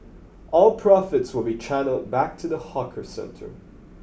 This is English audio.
all profits will be channelled back to the hawker centre